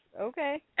Okay